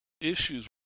issues